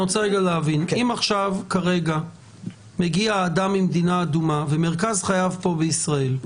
אם עכשיו כרגע מגיע אדם ממדינה אדומה ומרכז חייו פה בישראל,